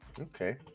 okay